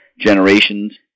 generations